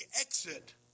exit